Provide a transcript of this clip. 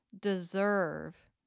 deserve